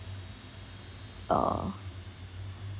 uh